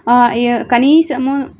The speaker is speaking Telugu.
కనీసము